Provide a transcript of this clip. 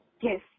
yes